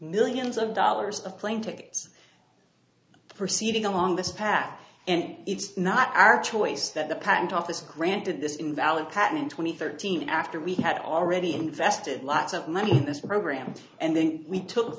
millions of dollars of plane tickets proceeding along this path and it's not our choice that the patent office granted this invalid patent twenty thirteen after we had already invested lots of money in this program and then we took